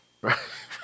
right